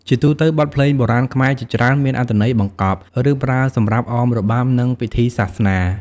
ជាទូទៅ បទភ្លេងបុរាណខ្មែរជាច្រើនមាន អត្ថន័យបង្កប់ ឬប្រើសម្រាប់អមរបាំ និងពិធីសាសនា។